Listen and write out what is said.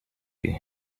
you